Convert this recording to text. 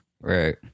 right